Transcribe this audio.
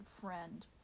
friend